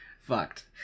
fucked